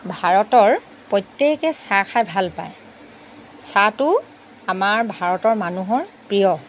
ভাৰতৰ প্ৰত্যেকেই চাহ খাই ভাল পায় চাহটো আমাৰ ভাৰতৰ মানুহৰ প্ৰিয়